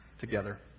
together